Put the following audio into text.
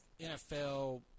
NFL